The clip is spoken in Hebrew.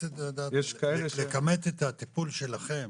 רציתי לכמת את הטיפול שלכם